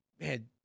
man